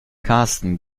karsten